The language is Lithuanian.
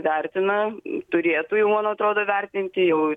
vertina turėtų jau man atrodo vertinti jau